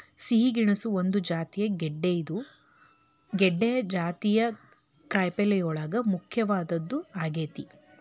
ಸಿಹಿ ಗೆಣಸು ಒಂದ ಜಾತಿಯ ಗೆಡ್ದೆ ಇದು ಗೆಡ್ದೆ ಜಾತಿಯ ಕಾಯಪಲ್ಲೆಯೋಳಗ ಮುಖ್ಯವಾದದ್ದ ಆಗೇತಿ